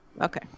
okay